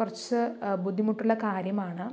കുറച്ച് ബുദ്ധിമുട്ടുളള കാര്യമാണ്